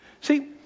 See